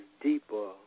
deeper